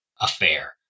affair